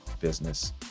business